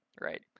Right